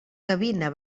gavina